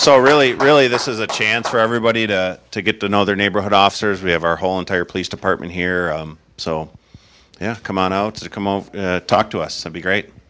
so really really this is a chance for everybody to get to know their neighborhood officers we have our whole entire police department here so yeah come on out to come talk to us be great